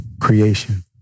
creation